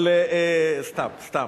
אבל, סתם, סתם.